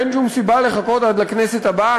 אין שום סיבה לחכות עד לכנסת הבאה.